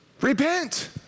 repent